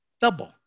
double